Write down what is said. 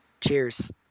cheers